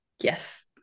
Yes